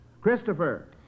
Christopher